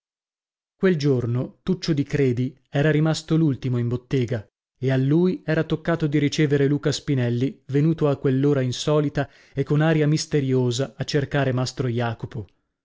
quel giorno tuccio di credi era rimasto l'ultimo in bottega e a lui era toccato di ricevere luca spinelli venuto a quell'ora insolita e con aria misteriosa a cercare mastro jacopo